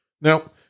Now